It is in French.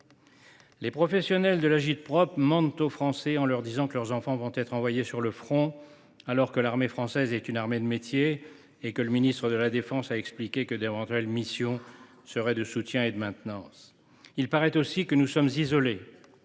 Les professionnels de l’agit prop mentent aux Français en leur disant que leurs enfants vont être envoyés sur le front, alors que l’armée française est une armée de métier et que le ministre de la défense a expliqué que d’éventuelles missions seraient de soutien et de maintenance. Il paraît aussi que nous sommes isolés